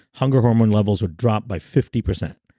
hunger hormone levels are dropped by fifty percent.